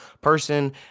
person